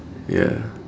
ya